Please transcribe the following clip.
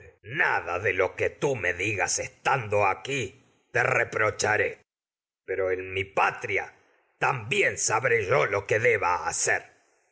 nada de lo que tú me digas estando aquí te reprocharé pero en mi patria también sabré yo lo que deba hacer